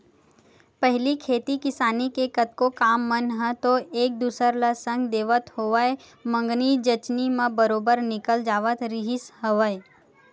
पहिली खेती किसानी के कतको काम मन ह तो एक दूसर ल संग देवत होवय मंगनी जचनी म बरोबर निकल जावत रिहिस हवय